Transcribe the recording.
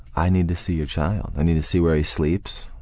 i need to see your child. i need to see where he sleeps,